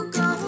go